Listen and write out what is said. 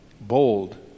Bold